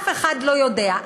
אף אחד לא יודע,